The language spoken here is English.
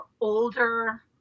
older